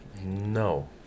No